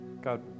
God